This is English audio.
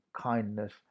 kindness